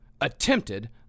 attempted